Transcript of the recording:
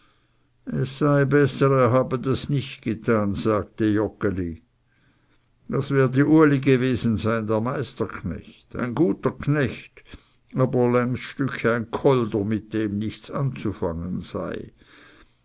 es sei besser er habe das nicht getan sagte joggeli das werde uli gewesen sein der meisterknecht ein guter knecht aber längs stück ein kolder mit dem nichts anzufangen sei